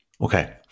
okay